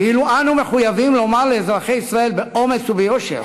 ואילו אנו מחויבים לומר לאזרחי ישראל באומץ וביושר: